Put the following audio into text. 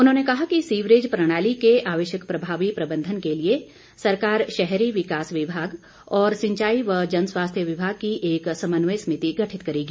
उन्होंने कहा कि सीवरेज प्रणाली के आवश्यक प्रभावी प्रबंधन के लिए सरकार शहरी विकास विभाग और सिंचाई व जनस्वास्थ्य विभाग की एक समन्वय समिति गठित करेगी